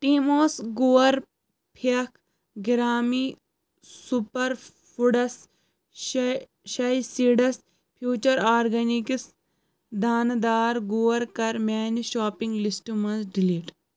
ٹِمِیوس گور پھٮ۪کھ گرٛامی سوٗپر فُڈس شے شے سیٖڈس فیوٗچر آرگینِکس دانہٕ دار گور کَر میانہِ شاپنگ لسٹہٕ منٛز ڈلیٖٹ